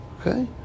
Okay